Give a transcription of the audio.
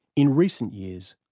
in recent years,